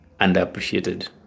underappreciated